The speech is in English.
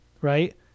right